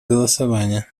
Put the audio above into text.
голосования